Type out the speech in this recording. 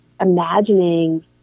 imagining